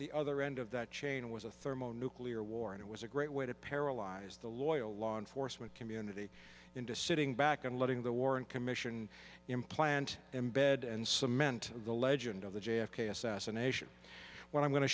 the other end of that chain was a thermonuclear war and it was a great way to paralyze the loyal law enforcement community into sitting back and letting the warren commission implant them bed and cement the legend of the j f k assassination what i'm going to